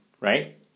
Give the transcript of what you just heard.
right